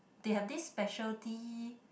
they have this specialty